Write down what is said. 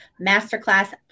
masterclass